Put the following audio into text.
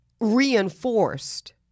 reinforced